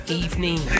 evening